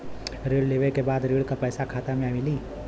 ऋण लेवे के बाद ऋण का पैसा खाता में मिली?